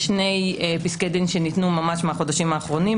יש שני פסקי דין שניתנו מהחודשים האחרונים,